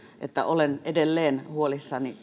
että olen edelleen huolissani